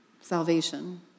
salvation